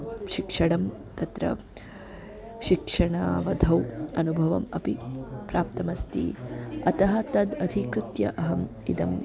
शिक्षणं तत्र शिक्षणविधौ अनुभवम् अपि प्राप्तमस्ति अतः तद् अधिकृत्य अहम् इदं